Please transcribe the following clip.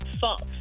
false